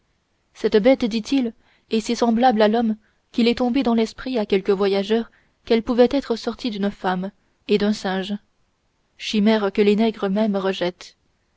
cette bête dit-il est si semblable à l'homme qu'il est tombé dans l'esprit à quelques voyageurs qu'elle pouvait être sortie d'une femme et d'un singe chimère que les nègres mêmes rejettent